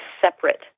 separate